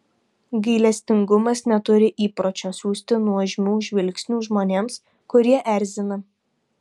gailestingumas neturi įpročio siųsti nuožmių žvilgsnių žmonėms kurie erzina